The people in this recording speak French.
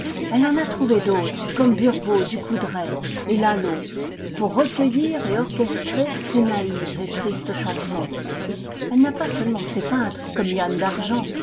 elle en a trouvé d'autres comme burgaud ducoudray et lalo pour recueillir et orchestrer ses naïves et tristes chansons elle n'a pas seulement ses peintres comme yan dargent